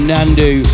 Nandu